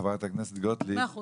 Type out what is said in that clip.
חברת הכנסת גוטליב --- מאה אחוז,